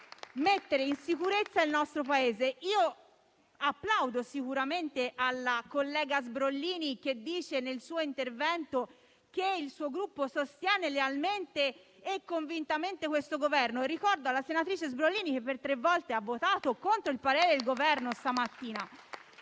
mettere in sicurezza il nostro Paese. Applaudo sicuramente alla collega Sbrollini, che nel suo intervento dichiara che il suo Gruppo sostiene lealmente e convintamente questo Governo, ma ricordo alla senatrice Sbrollini che per tre volte questa mattina ha votato contro il parere del Governo.